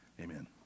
Amen